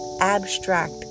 abstract